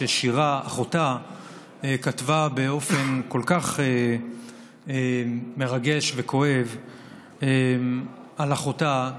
ששירה אחותה כתבה באופן כל כך מרגש וכואב על אחותה,